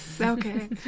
okay